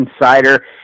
Insider